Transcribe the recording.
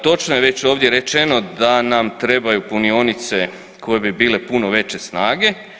Točno je već ovdje rečeno da nam trebaju punionice koje bi bile puno veće snage.